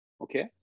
Okay